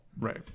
right